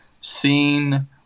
seen